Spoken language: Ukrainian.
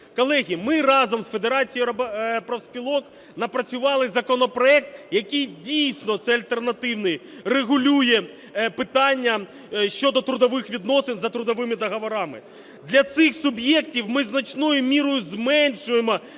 Колеги, ми разом з Федерацією профспілок напрацювали законопроект, який дійсно (це альтернативний) регулює питання щодо трудових відносин за трудовими договорами. Для цих суб'єктів ми значною мірою зменшуємо